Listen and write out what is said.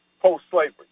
post-slavery